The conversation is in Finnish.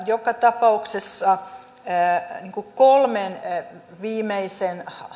joka tapauksessa se että kolme viimeisenä